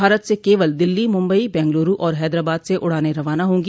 भारत से केवल दिल्ली मुंबई बेंगलुरु और हैदराबाद से उड़ानें रवाना होंगी